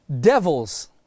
Devils